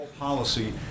Policy